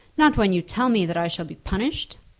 not when you tell me that i shall be punished?